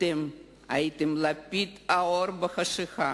אתם הייתם לפיד האור בחשכה.